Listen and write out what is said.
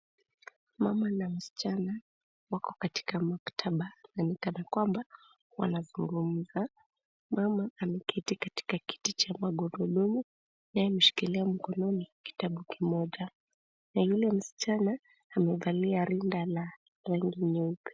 Mama na msichana wako katika maktaba, na ni kana kwamba wanadhulumika. Mama ameketi katika kiti cha magurudumu naye ameshikilia mkononi kitabu kimoja, na yule msichana amevalia rinda la rangi nyeupe.